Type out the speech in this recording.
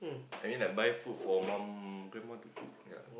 I mean like buy food for mum grandma to cook ya